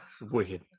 Wicked